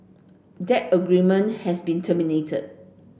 that agreement has been terminated